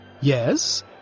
Yes